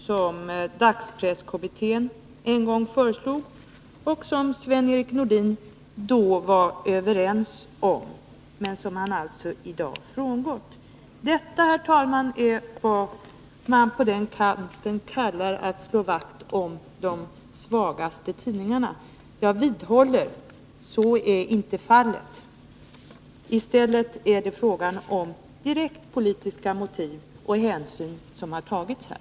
som dagspresskommittén en gång föreslog och som Sven-Erik Nordin då var med på. I dag har han frångått detta. Det, herr talman, är vad man på den kanten kallar att slå vakt om de svagaste tidningarna. Jag vidhåller att så inte är fallet. Det är i stället fråga om direkt politiska motiv och hänsyn som har tagits här.